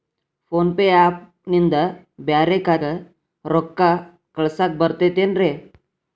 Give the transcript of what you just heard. Phone pay app ನಿಂದ ಬ್ಯಾರೆ ಖಾತೆಕ್ ರೊಕ್ಕಾ ಕಳಸಾಕ್ ಬರತೈತೇನ್ರೇ?